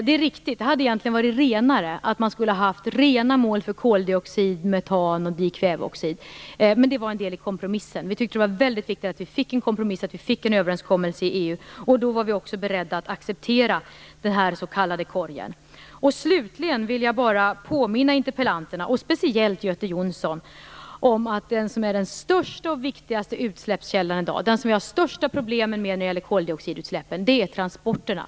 Det är riktigt. Rena mål för koldioxid, metan och dikväveoxid hade egentligen varit renare, men det var en del i kompromissen. Vi tyckte att det var väldigt viktigt att vi fick en kompromiss och att vi fick en överenskommelse i EU, och då var vi också beredda att acceptera den s.k. korgen. Slutligen vill jag bara påminna interpellanterna och speciellt Göte Jonsson om att den största och viktigaste utsläppskällan i dag - den som vi har de största problemen med när det gäller koldioxidutsläppen - är transporterna.